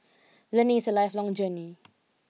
learning is a lifelong journey